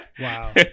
Wow